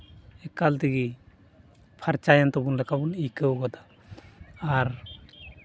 ᱮᱠᱟᱞ ᱛᱮᱜᱮ ᱯᱷᱟᱨᱪᱟᱭᱮᱱ ᱛᱟᱵᱚᱱ ᱞᱮᱠᱟ ᱵᱚᱱ ᱟᱹᱭᱠᱟᱹᱣ ᱜᱚᱫᱟ ᱟᱨ